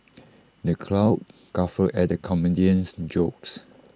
the crowd guffawed at the comedian's jokes